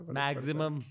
maximum